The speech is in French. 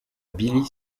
billy